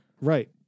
Right